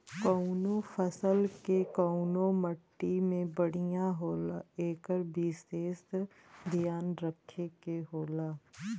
कउनो फसल के कउने मट्टी में बढ़िया होला एकर विसेस धियान रखे के होला